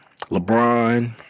LeBron